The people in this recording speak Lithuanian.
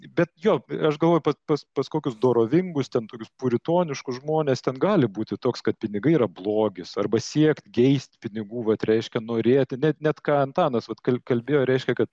bet jo aš galvoju pas pas pas kokius dorovingus ten tokius puritoniškus žmones ten gali būti toks kad pinigai yra blogis arba siekt geist pinigų vat reiškia norėti net net ką antanas vat kalbėjo reiškia kad